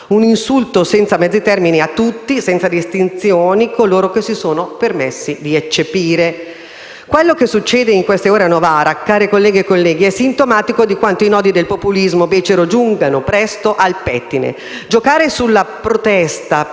un insulto senza mezzi termini a tutti, senza distinzioni, coloro che si sono permessi di eccepire. Quello che succede nelle ultime ore a Novara, onorevoli colleghe e colleghi, è sintomatico di quanto i nodi del populismo becero giungano presto al pettine. Giocare sulla protesta per